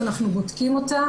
אנחנו בודקים אותה,